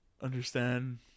understand